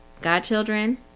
godchildren